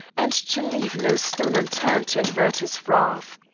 and to leave no stone unturned to avert his wrath.